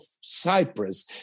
Cyprus